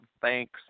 Thanks